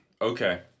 okay